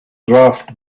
draft